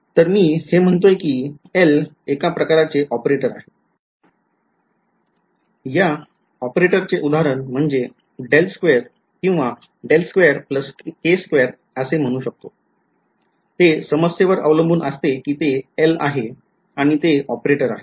तर मी हे म्हणतोय आहे कि L हे एका प्रकारचे ऑपरेटर आहे हे ऑपरेटरचे उदाहरण म्हणजे किंवा असे म्हणू शकतो ते समस्येवर अवलंबून असते कि ते L आहे आणि ते ऑपरेटर आहे